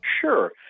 Sure